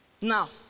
Now